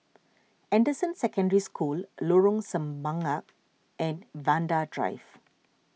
Anderson Secondary School Lorong Semangka and Vanda Drive